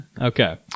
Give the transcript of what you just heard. okay